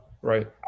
right